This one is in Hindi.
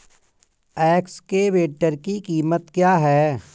एक्सकेवेटर की कीमत क्या है?